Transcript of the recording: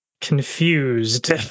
confused